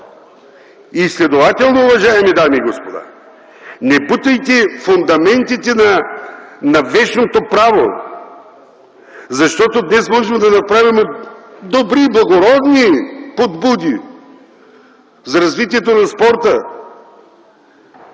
Следователно, уважаеми дами и господа, не бутайте фундаментите на вещното право, защото днес можем да направим добри, благородни подбуди за развитието на спорта